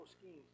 schemes